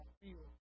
feel